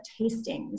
tastings